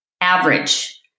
average